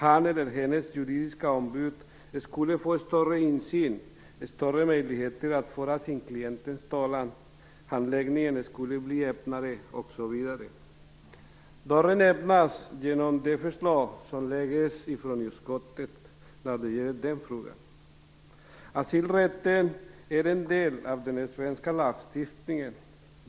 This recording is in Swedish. Hans eller hennes juridiska ombud skulle få större insyn och större möjligheter att föra sin klients talan samtidigt som handläggningen skulle bli öppnare. Dörren öppnas genom det förslag som utskottet lägger fram. Herr talman! Asylrätten är en del av den svenska lagstiftningen.